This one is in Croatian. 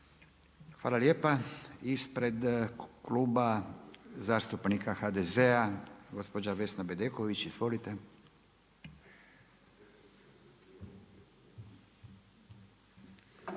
Hvala lijepa. Ispred Kluba zastupnika HDZ-a gospođa Vesna Bedeković. Izvolite.